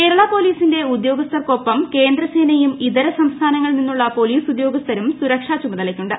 കേരള പോലീസിന്റെ ഉദ്യോഗസ്ഥർക്കൊപ്പം കേന്ദ്രസേനയും ഇതര സംസ്ഥാനങ്ങളിൽ നിന്നുള്ള പോലീസ് ഉദ്യോഗസ്ഥരും സുരക്ഷാ ചുമതലയ്ക്കുണ്ട്